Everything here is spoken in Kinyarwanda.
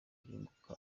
yunguka